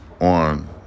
on